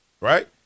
Right